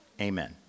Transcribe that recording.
Amen